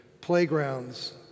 playgrounds